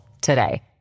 today